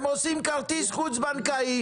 שאלת מה קורה עם בנקאות פתוחה,